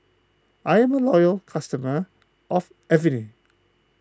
I am a loyal customer of Avene